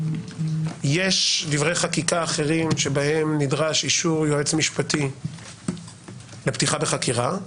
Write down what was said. יש דברי חקיקה אחרים שבהם נדרש אישור יועץ משפטי לפתיחה בחקירה,